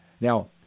now